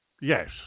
Yes